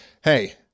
hey